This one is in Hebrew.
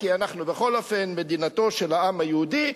כי אנחנו בכל אופן מדינתו של העם היהודי,